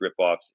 ripoffs